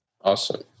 awesome